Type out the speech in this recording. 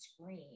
screen